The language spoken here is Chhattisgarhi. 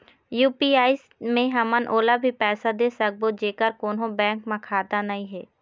यू.पी.आई मे हमन ओला भी पैसा दे सकबो जेकर कोन्हो बैंक म खाता नई हे?